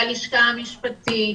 ללשכה המשפטית,